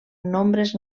nombres